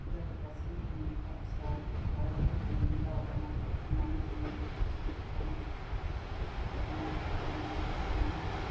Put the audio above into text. बेफोरबायदि गासैनि थाखा फैसा माबायावहाय जोङो बिदिनो दाउ अमाफोरखौ फाननानै जोङो मेखाब खालामो बेफोरबायदिनो बेगर बायनायनिफ्राय लानानै